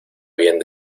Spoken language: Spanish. bien